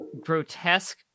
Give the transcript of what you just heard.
grotesque